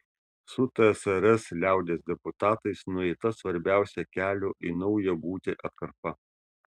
su tsrs liaudies deputatais nueita svarbiausia kelio į naują būtį atkarpa